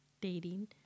dating